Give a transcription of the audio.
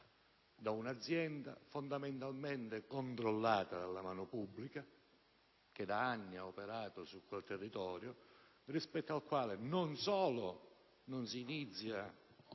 da un'azienda fondamentalmente controllata dalla mano pubblica, che per anni ha operato su quel territorio, nel quale non solo non si inizia